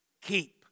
Keep